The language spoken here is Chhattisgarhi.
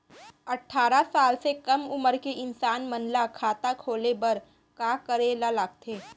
अट्ठारह साल से कम उमर के इंसान मन ला खाता खोले बर का करे ला लगथे?